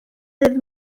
ddydd